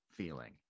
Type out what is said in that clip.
feeling